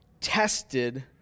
tested